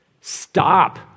stop